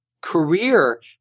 career